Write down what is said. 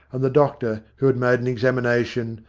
and the doctor who had made an examination,